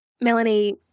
Melanie